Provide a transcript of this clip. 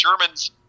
Germans –